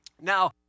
Now